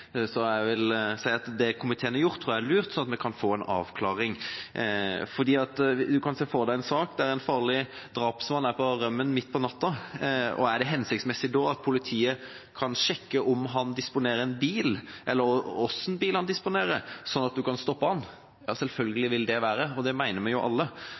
Så jeg vil si at det komiteen har gjort, tror jeg er lurt, sånn at vi kan få en avklaring. Man kan se for seg en sak der en farlig drapsmann er på rømmen midt på natta. Er det da hensiktsmessig at politiet kan sjekke om han disponerer en bil, eller hva slags bil han disponerer, sånn at man kan stoppe ham? Ja, selvfølgelig vil det være det, det mener vi jo alle.